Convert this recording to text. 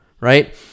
right